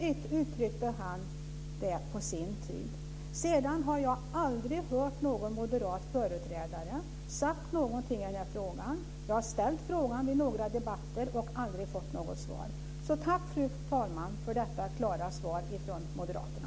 Så uttryckte han det på sin tid. Sedan har jag aldrig hört någon moderat företrädare säga någonting på denna punkt. Jag har tagit upp frågan i några debatter men aldrig fått något svar. Jag tackar alltså, fru talman, för detta klara svar från